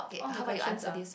all the questions are